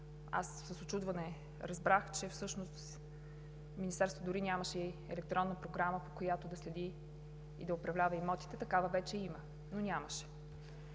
С учудване разбрах, че всъщност Министерството дори нямаше електронна програма, по която да следи и да управлява имотите. Такава вече има, но нямаше!